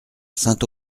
saint